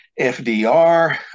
FDR